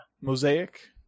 mosaic